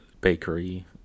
bakery